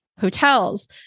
Hotels